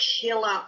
killer